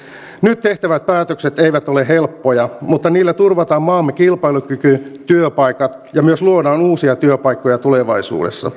nyt tehtävät päätökset eivät ole helppoja mutta niillä turvataan maamme kilpailukyky työpaikat ja myös luodaan uusia työpaikkoja tulevaisuudessa